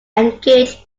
engaged